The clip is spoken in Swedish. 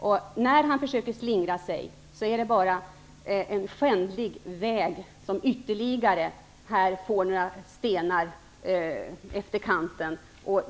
När Per Unckel försöker att slingra sig är det bara en skändlig väg som får några ytterligare stenar efter kanten.